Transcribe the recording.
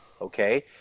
okay